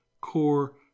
core